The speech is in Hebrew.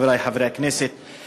חברי חברי הכנסת,